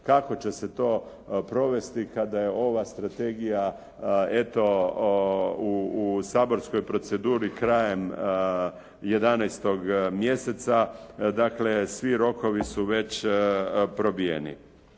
Kako će se to provesti kada je ova strategija eto u saborskoj proceduri krajem 11. mjeseca, dakle svi rokovi su već probijeni.